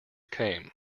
came